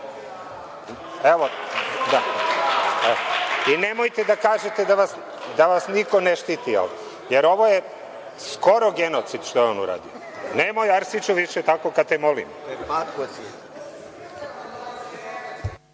žao. I nemojte da kažete da vas niko ne štiti ovde jer ovo je skoro genocid što je on uradio. Nemoj, Arsiću, više tako, kad te molim.